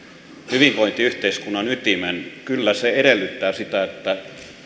hyvinvointiyhteiskunnan ytimen kyllä se edellyttää sitä että